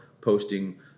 posting